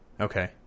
Okay